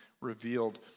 revealed